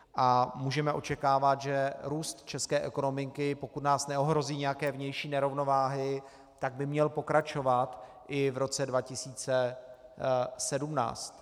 A můžeme očekávat, že růst české ekonomiky, pokud nás neohrozí nějaké vnější nerovnováhy, by měl pokračovat i v roce 2017.